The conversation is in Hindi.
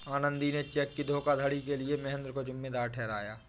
आनंदी ने चेक की धोखाधड़ी के लिए महेंद्र को जिम्मेदार ठहराया